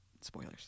Spoilers